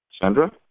Sandra